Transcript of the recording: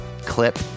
clip